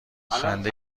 خنده